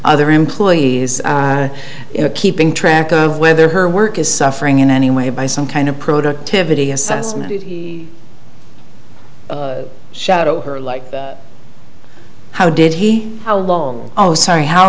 other employees keeping track of whether her work is suffering in any way by some kind of productivity assessment shadow or like how did he how long oh sorry how